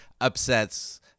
upsets